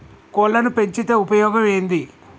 కోళ్లని పెంచితే ఉపయోగం ఏంది?